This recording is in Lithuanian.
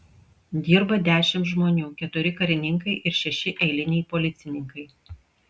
dirba dešimt žmonių keturi karininkai ir šeši eiliniai policininkai